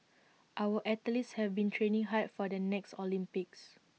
our athletes have been training hard for the next Olympics